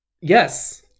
Yes